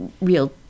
real